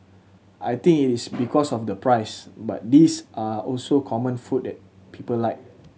I think it is because of the price but these are also common food that people like